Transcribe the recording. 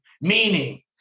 meaning